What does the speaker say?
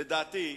לדעתי,